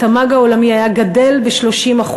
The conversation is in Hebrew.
התמ"ג הלאומי היה גדל ב-30%.